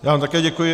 Já vám také děkuji.